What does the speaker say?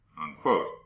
unquote